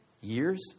years